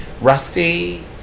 Rusty